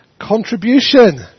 Contribution